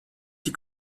die